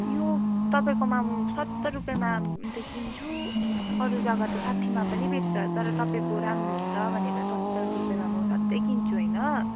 यो तपाईँकोमा सत्तर रुपियाँमा अन्त किन्छु अरू जग्गा त साठीमा पनि बेच्छ तर तपाईँको राम्रो हुन्छ भनेर सत्तर रुपियाँमा म सधैँ किन्छु होइन